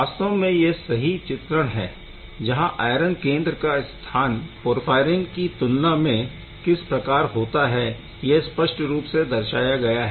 वास्तव में यह सही चित्रण है जहाँ आयरन केंद्र का स्थान पोरफ़ाईरिन की तुलना में फ्लैट लाइन द्वारा दर्शाया हुआ किस प्रकार होता है यह स्पष्ट रूप से दर्शाया गया है